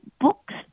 books